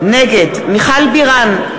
נגד מיכל בירן,